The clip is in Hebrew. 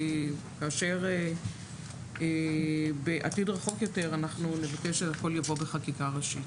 כאשר בעתיד רחוק יותר אנחנו נבקש שהכול יבוא בחקיקה ראשית.